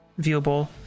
viewable